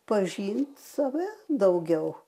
pažint save daugiau